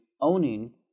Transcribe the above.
owning